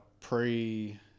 pre